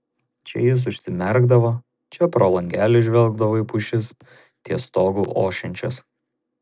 čia jis užsimerkdavo čia pro langelį žvelgdavo į pušis ties stogu ošiančias